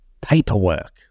Paperwork